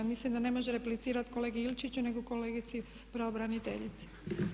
Mislim da ne može replicirati kolegi Ilčiću nego kolegici pravobraniteljici.